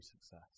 success